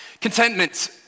Contentment